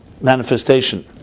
manifestation